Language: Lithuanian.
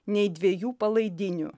nei dviejų palaidinių